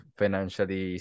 financially